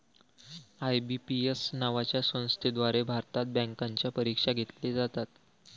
IBPS नावाच्या संस्थेद्वारे भारतात बँकांच्या परीक्षा घेतल्या जातात